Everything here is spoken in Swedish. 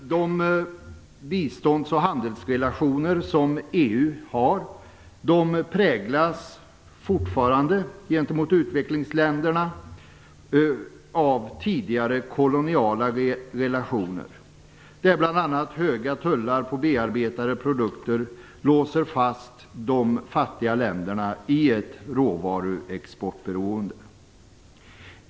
De bistånds och handelsrelationer som EU har präglas fortfarande gentemot utvecklingsländerna av tidigare koloniala relationer, där bl.a. höga tullar på bearbetade produkter låser fast de fattiga länderna i ett råvaruexportberoende.